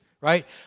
right